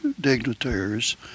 dignitaries